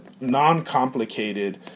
non-complicated